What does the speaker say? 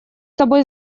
тобой